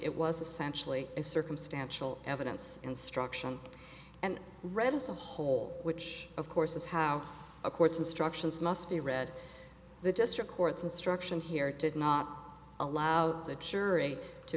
it was essentially a circumstantial evidence instruction and read as a whole which of course is how a court's instructions must be read the district courts instruction here did not allow the jury to